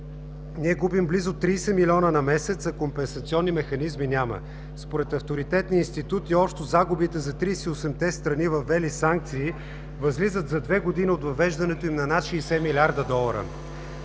ние губим близо 30 милиона на месец, а компенсационни механизми няма. Според авторитетни институти общо загубите за 38-те страни, въвели санкции, за две години от въвеждането им възлизат на над 60 млрд. долара.